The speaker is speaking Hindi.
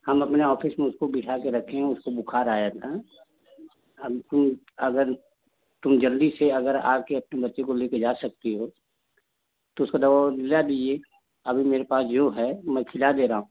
हम अपने ऑफिस में उसको बिठा के रखें हैं उसको बुखार आया था अभी अगर तुम जल्दी से अगर आकर अपने बच्चे को लेकर जा सकती हो तो उसको दवा ववा दिला दिला दीजिए अभी मेरे पास जो है मैं खिला दे रहा हूँ